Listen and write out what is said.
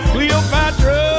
Cleopatra